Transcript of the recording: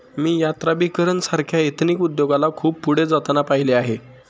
मी यात्राभिकरण सारख्या एथनिक उद्योगाला खूप पुढे जाताना पाहिले आहे